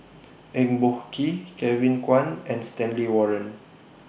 Eng Boh Kee Kevin Kwan and Stanley Warren